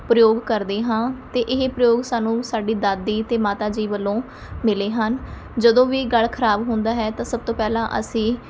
ਪ੍ਰਯੋਗ ਕਰਦੇ ਹਾਂ ਅਤੇ ਇਹ ਪ੍ਰਯੋਗ ਸਾਨੂੰ ਸਾਡੀ ਦਾਦੀ ਅਤੇ ਮਾਤਾ ਜੀ ਵੱਲੋਂ ਮਿਲੇ ਹਨ ਜਦੋਂ ਵੀ ਗਲ ਖਰਾਬ ਹੁੰਦਾ ਹੈ ਤਾਂ ਸਭ ਤੋਂ ਪਹਿਲਾਂ ਅਸੀਂ